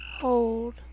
hold